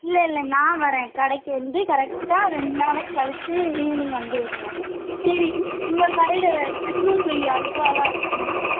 இல்லை இல்லை நான் வரேன் கடைக்கு வந்து கரெக்டாக ரெண்டு நாள் கழிச்சு ஈவ்னிங் வந்திருக்குறேன் சரி உங்கள் கடையில் திருநெல்வேலி அல்வாவெலாம் இருக்குமா